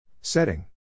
Setting